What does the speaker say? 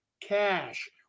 cash